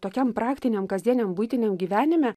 tokiam praktiniam kasdieniam buitiniam gyvenime